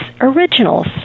originals